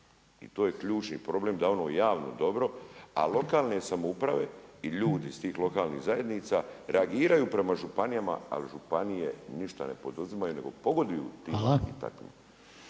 I to je ključni problem da ono javno dobro, a lokalne samouprave i ljudi iz tih lokalnih zajednica reagiraju prema županijama, ali županije ništa ne poduzimaju, nego pogoduju tim i takvim.